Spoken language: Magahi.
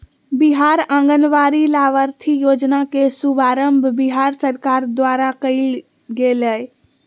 बिहार आंगनबाड़ी लाभार्थी योजना के शुभारम्भ बिहार सरकार द्वारा कइल गेलय